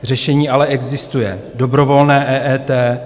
Řešení ale existuje: dobrovolné EET.